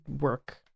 work